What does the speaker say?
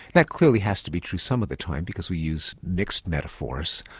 that clearly has to be true some of the time because we use mixed metaphors,